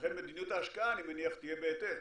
לכן מדיניות ההשקעה, אני מניח, תהיה בהתאם.